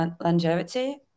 longevity